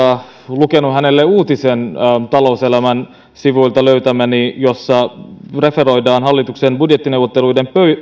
lukenut hänelle talouselämän sivuilta löytämäni uutisen jossa referoidaan hallituksen budjettineuvotteluiden